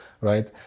right